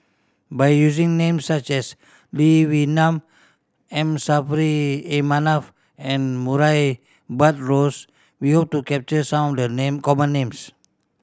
by using names such as Lee Wee Nam M Saffri A Manaf and Murray Buttrose we hope to capture some of the name common names